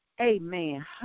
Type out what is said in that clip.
Amen